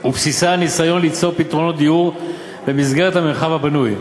ובבסיסה הניסיון ליצור פתרונות דיור במסגרת המרחב הבנוי.